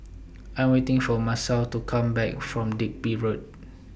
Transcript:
I Am waiting For Masao to Come Back from Digby Road